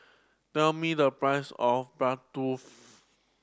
tell me the price of Bratwurst